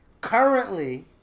currently